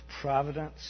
providence